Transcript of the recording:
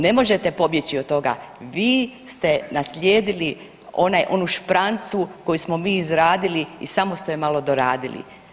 Ne možete pobjeći od toga, vi ste naslijedili onu šprancu koju smo mi izradili i samo ste je malo doradili.